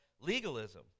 legalism